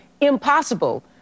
impossible